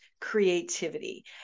creativity